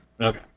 Okay